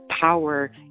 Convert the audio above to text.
power